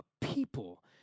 People